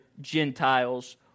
Gentiles